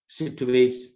situates